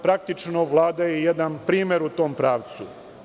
Praktično, Vlada je jedan primer u tom pravcu.